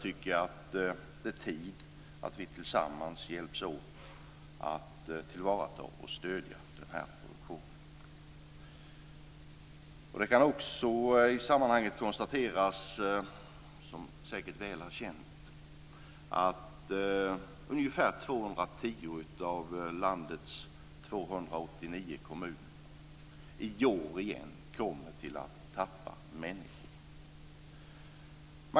Det är tid att vi tillsammans hjälps åt att tillvarata och stödja den produktionen. Det kan också i sammanhanget konstateras, som säkert väl är känt, att ungefär 210 av landets 289 kommuner i år igen kommer att tappa människor.